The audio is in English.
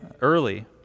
early